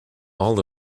all